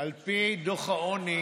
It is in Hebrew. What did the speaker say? על פי דוח העוני